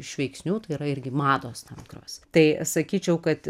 iš veiksnių tai yra irgi mados tam tikros tai sakyčiau kad